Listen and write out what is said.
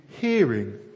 hearing